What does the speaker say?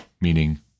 meaning